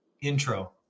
intro